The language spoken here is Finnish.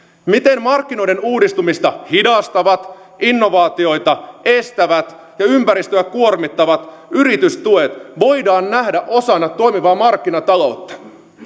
miten markkinoiden uudistumista hidastavat innovaatioita estävät ja ympäristöä kuormittavat yritystuet voidaan nähdä osana toimivaa markkinataloutta